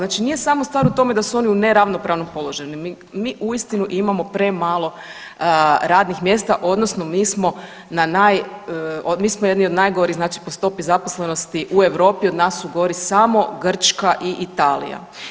Znači nije samo stvar u tome da su oni u neravnopravnom položaju, mi uistinu imamo premalo radnih mjesta, odnosno mi smo na naj, mi smo jedni od najgorih po stopi zaposlenosti u Europi, od nas su gori samo Grčka i Italija.